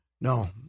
No